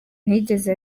ntiyigeze